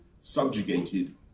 subjugated